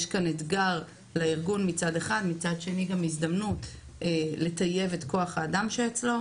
יש אתגר לארגון מצד אחד אך מצד שני גם הזדמנות לטייב את כוח האדם שאצלו.